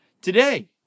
today